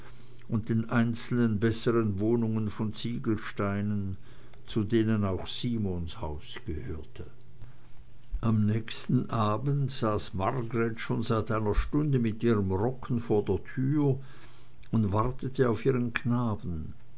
und den einzelnen bessern wohnungen von ziegelsteinen zu denen auch simons haus gehörte am nächsten abend saß margreth schon seit einer stunde mit ihrem rocken vor der tür und wartete auf ihren knaben